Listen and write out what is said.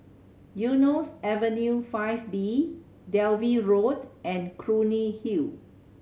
Eunos Avenue Five B Dalvey Road and Clunny Hill